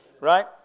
Right